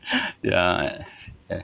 ya